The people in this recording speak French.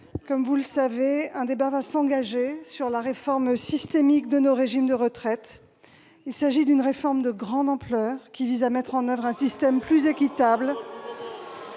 Comme vous le savez, un débat va s'engager sur la réforme systémique de nos régimes de retraite. Il s'agit d'une réforme de grande ampleur qui vise à mettre en oeuvre un système plus équitable.